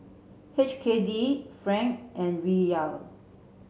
H K D franc and Riyal